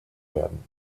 werden